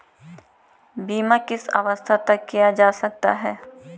बीमा किस अवस्था तक किया जा सकता है?